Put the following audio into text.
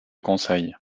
conseil